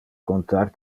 contar